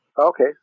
Okay